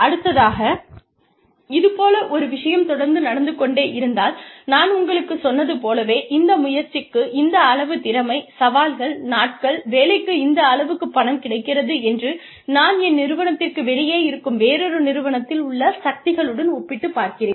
அடுத்ததாக இது போல ஒரு விஷயம் தொடர்ந்து நடந்து கொண்டே இருந்தால் நான் உங்களுக்குச் சொன்னது போலவே இந்த முயற்சிக்கு இந்த அளவு திறமை சவால்கள் நாட்கள் வேலைக்கு இந்த அளவுக்குப் பணம் கிடைக்கிறது என்று நான் என் நிறுவனத்திற்கு வெளியே இருக்கும் வேறொரு நிறுவனத்தில் உள்ள சக்திகளுடன் ஒப்பிட்டு பார்க்கிறேன்